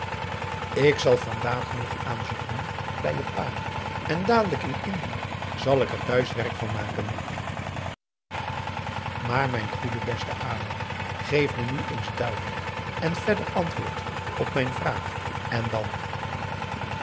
vandaag nog aanzoek doen bij je pa en dadelijk in indië zal ik er thuis werk van maken maar mijn goede beste adam geef me nu eens duidelijk en verder antwoord op mijn vraag en dan